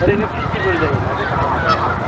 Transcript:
ओरैनो फेसटिभेल जायोना बे हाग्रामा दालाङाव